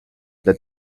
that